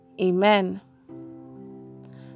Amen